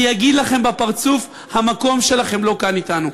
אני אגיד לכם בפרצוף: המקום שלכם לא כאן אתנו.